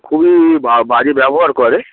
খুবই বা বাজে ব্যবহার করে